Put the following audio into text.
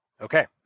okay